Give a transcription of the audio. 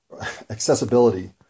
accessibility